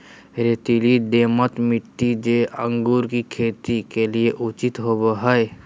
रेतीली, दोमट मिट्टी, जो अंगूर की खेती के लिए उचित होवो हइ